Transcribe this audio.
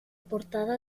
portada